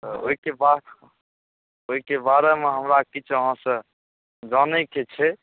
तऽ ओइके बा ओइके बारेमे हमरा किछु अहाँसँ जानयके छै